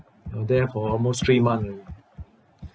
uh there for almost three month already